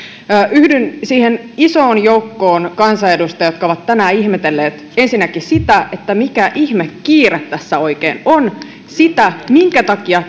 yhdyn siihen isoon joukkoon kansanedustajia jotka ovat tänään ihmetelleet ensinnäkin sitä mikä ihme kiire tässä oikein on sitä minkä takia